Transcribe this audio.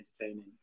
entertaining